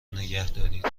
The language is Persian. نگهدارید